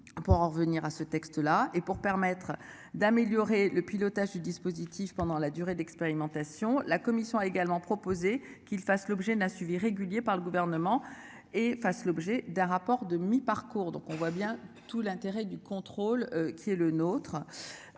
Pour en revenir à ce texte là et pour permettre d'améliorer le pilotage du dispositif pendant la durée d'expérimentation. La commission a également proposé qu'il fasse l'objet d'un suivi régulier par le gouvernement et fasse l'objet d'un rapport de mi-parcours, donc on voit bien tout l'intérêt du contrôle qui est le nôtre.